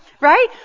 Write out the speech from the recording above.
Right